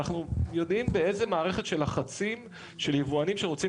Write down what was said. ואנחנו יודעים באיזו מערכת של לחצים של יבואנים שרוצים